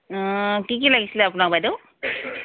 ও কি কি লাগিছিলে আপোনাক বাইদেউ